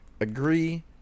agree